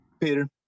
peter